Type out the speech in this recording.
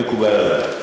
מקובל עלי.